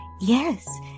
Yes